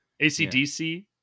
ACDC